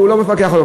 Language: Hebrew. והוא לא מפקח עליו.